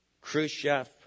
Khrushchev